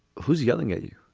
who's yelling at you?